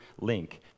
link